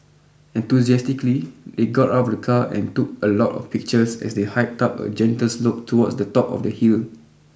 enthusiastically they got out of the car and took a lot of pictures as they hiked up a gentle slope towards the top of the hill